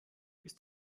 bist